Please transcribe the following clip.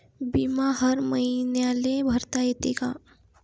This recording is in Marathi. बिमा हर मईन्याले भरता येते का?